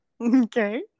Okay